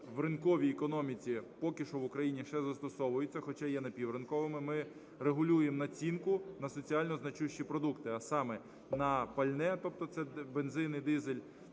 в ринковій економіці поки що в Україні ще застосовуються, хоча є напівринковими. Ми регулюємо націнку на соціально значущі продукти, а саме: на пальне, тобто це бензин і дизель,